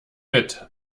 mit